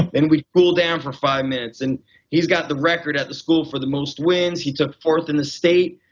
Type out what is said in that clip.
and we'd cool down for five minutes. and he's got the record at the school for the most wins. he took fourth in the state.